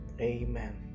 Amen